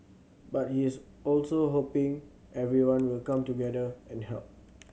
but he is also hoping everyone will come together and help